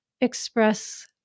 express